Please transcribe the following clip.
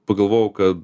pagalvojau kad